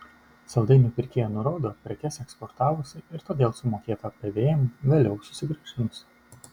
saldainių pirkėja nurodo prekes eksportavusi ir todėl sumokėtą pvm vėliau susigrąžinusi